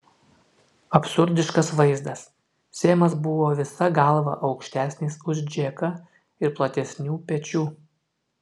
absurdiškas vaizdas semas buvo visa galva aukštesnis už džeką ir platesnių pečių